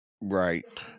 Right